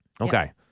Okay